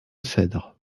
cèdres